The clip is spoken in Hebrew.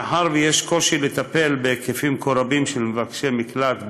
מאחר שיש קושי לטפל במספרים כה רבים של מבקשי מקלט בו-זמנית,